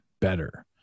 better